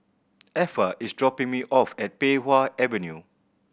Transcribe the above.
Effa is dropping me off at Pei Wah Avenue